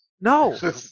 No